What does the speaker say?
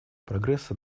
прогресса